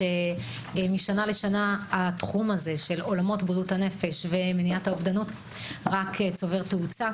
משנה לשנה התחום הזה של עולם בריאות הנפש ומניעת האובדנות צובר תאוצה.